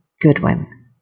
Goodwin